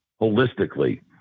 holistically